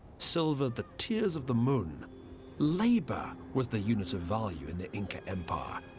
silver the tears of the moon labour was the unit of value in the lnca empire,